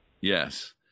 Yes